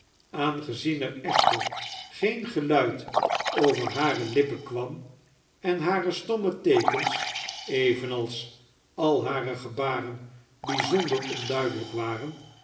aangezien er center geen geluid over hare lippen kwam en hare sitiomnie teekens evenals al hare gebaren bijzonder onduidelijk waren